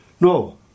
No